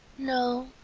no,